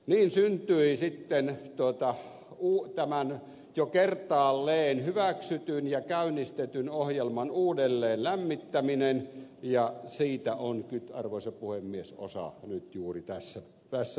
niin syntyi sitten tämän jo kertaalleen hyväksytyn ja käynnistetyn ohjelman uudelleen lämmittäminen ja siitä on nyt arvoisa puhemies osa juuri käsittelyssä